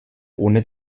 ohne